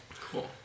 cool